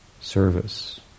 service